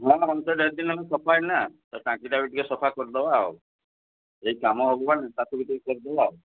ହଁ ହଁ ସେ ବେଶୀଦିନ ହେବ ହେଲାଣି ସଫା ହେଇନିନା ତ ଟାଙ୍କିଟାକୁ ଟିକିଏ ସଫା କରିଦେବା ଆଉ ଏଇ କାମ ହେବ ମାନେ ତାକୁ ବି ଟିକିଏ କରିଦେବା ଆଉ